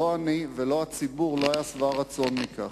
לא אני ולא הציבור היינו שבעי רצון מכך.